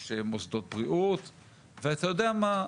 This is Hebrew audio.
יש מוסדות בריאות ואתה יודע מה,